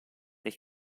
del